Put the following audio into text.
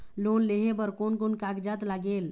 Loan लेहे बर कोन कोन कागजात लागेल?